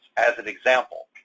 as an example,